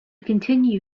continue